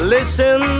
Listen